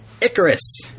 Icarus